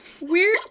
Weird